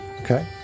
Okay